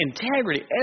integrity